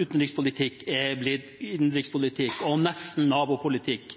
utenrikspolitikk er blitt innenrikspolitikk – og nesten nabopolitikk,